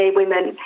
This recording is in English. women